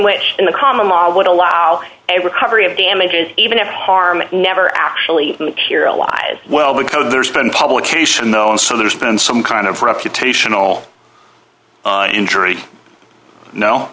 in the common law would allow a recovery of damages even if harm never actually materialise well because there's been publication known so there's been some kind of reputational injury no